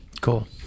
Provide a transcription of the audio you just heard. Cool